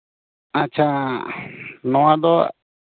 ᱟᱪᱪᱷᱟ ᱱᱚᱣᱟ ᱫᱚ